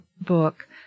book